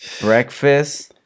breakfast